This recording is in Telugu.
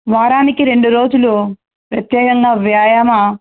వారానికి రెండు రోజులు ప్రత్యేకంగా వ్యాయామ